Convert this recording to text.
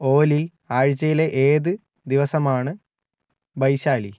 ഓലി ആഴ്ചയിലെ ഏത് ദിവസമാണ് ബൈശാലി